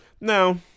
Now